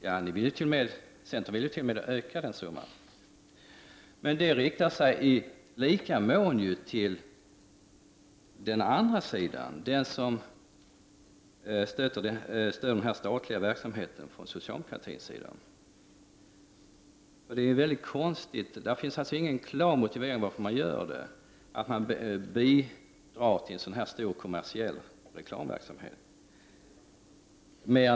Ja, centern vill ju t.o.m. öka den summan. Men detta riktar sig i lika mån mot den socialdemokratiska sidan som stödjer den statliga verksamheten. Det hela är konstigt, och det finns ingen klar motivering för att man bidrar till en sådan stor kommersiell reklamverksamhet.